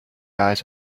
eyes